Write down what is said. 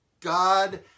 God